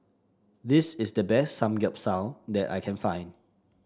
this is the best Samgeyopsal that I can find